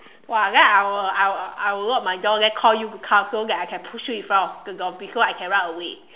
!wah! then I will I will I will walk my door then call you to come so that I can push you in front of the door before I can run away